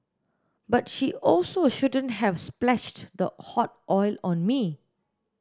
but she also shouldn't have splashed the hot oil on me